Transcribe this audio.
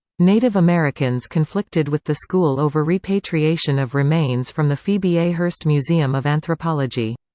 native americans conflicted with the school over repatriation of remains from the phoebe a. hearst museum of anthropology.